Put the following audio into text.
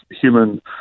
human